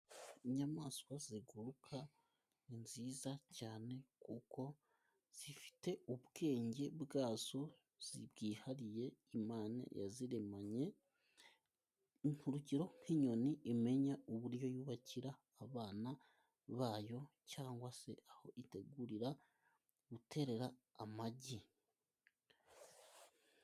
Inyamaswa ziguruka ni nziza cyane, kuko zifite ubwenge bwazo bwihariye, Imana yaziremanye, urugero nk'inyoni imenya uburyo yubakira abana bayo, cyangwa se aho itegurira guterera amagi.